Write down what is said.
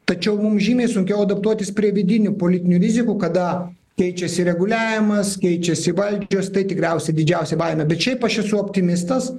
tačiau mums žymiai sunkiau adaptuotis prie vidinių politinių rizikų kada keičiasi reguliavimas keičiasi valdžios tai tikriausiai didžiausia baimė bet šiaip aš esu optimistas